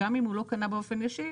גם אם הוא לא קנה באופן ישיר,